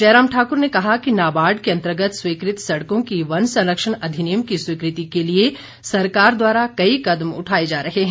जयराम ठाकुर ने कहा कि नाबार्ड के अंतर्गत स्वीकृत सडकों की वन संरक्षण अधिनियम की स्वीकृति के लिए सरकार द्वारा कई कदम उठाए जा रहे हैं